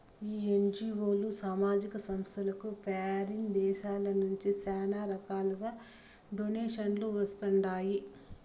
ఈ ఎన్జీఓలు, సామాజిక సంస్థలకు ఫారిన్ దేశాల నుంచి శానా రకాలుగా డొనేషన్లు వస్తండాయి